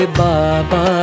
baba